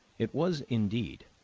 it was indeed,